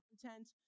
content